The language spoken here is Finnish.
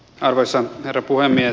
arvoisa herra puhemies